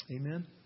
Amen